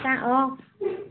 তা অঁ